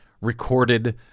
recorded